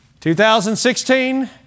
2016